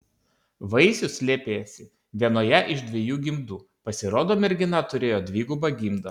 vaisius slėpėsi vienoje iš dviejų gimdų pasirodo mergina turėjo dvigubą gimdą